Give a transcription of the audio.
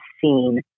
seen